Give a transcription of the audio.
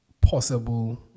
possible